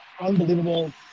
unbelievable